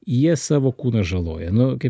jie savo kūną žaloja nu kaip